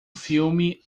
filme